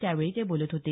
त्यावेळी ते बोलत होते